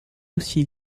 aussi